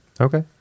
Okay